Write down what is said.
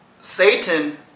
Satan